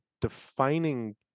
defining